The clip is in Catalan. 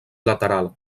lateral